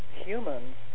humans